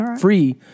free